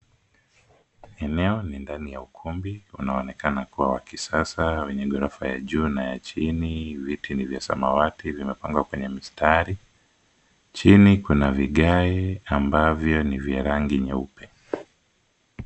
Eneo ni ndani ya ukumbi unaoonekana kuwa wa kisasa wenye ghorofa ya juu na ya chini. Viti ni vya samawati, vimepangwa kwenye mistari. Chini kuna vigae ambavyo ni vya rangi nyeupe.